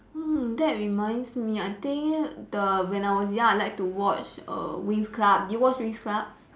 hmm that reminds me I think the when I was young I like to watch err winx club do you watch winx club